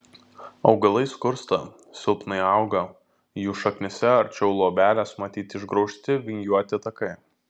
augalai skursta silpnai auga jų šaknyse arčiau luobelės matyti išgraužti vingiuoti takai